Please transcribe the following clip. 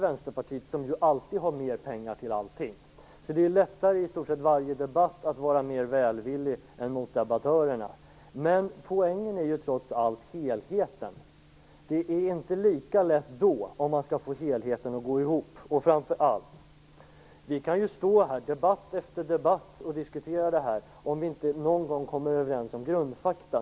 Vänsterpartiet har ju alltid mer pengar till allting, så det är lättare att i varje debatt vara mer välvillig än motdebattörerna. Men poängen är trots allt helheten. Det är inte lika lätt om man skall få helheten att gå ihop. Vi kan stå här debatt efter debatt och diskutera detta om vi inte någon gång kommer överens om grundfakta.